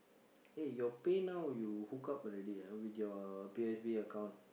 eh your Pay-Now you hook up already ah with your P_O_S_B account